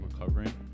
recovering